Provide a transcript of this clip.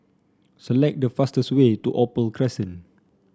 select the fastest way to Opal Crescent